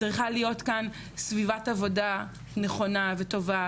צריכה להיות כאן סביבת עבודה נכונה וטובה,